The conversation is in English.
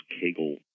Kegel